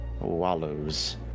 wallows